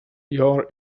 your